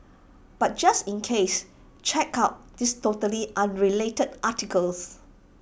but just in case check out this totally unrelated article